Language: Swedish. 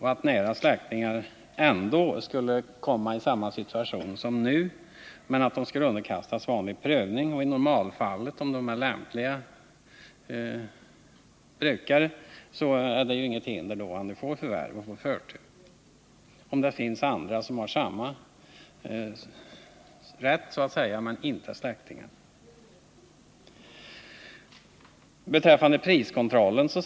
Även nära släktingar borde vid förvärv av jordbruksfastighet få underkasta sig prövningen, och om de är lämpliga brukare skall de kunna ges förtur framför andra som kanske är lika lämpliga men inte är släktingar.